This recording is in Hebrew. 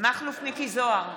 מכלוף מיקי זוהר,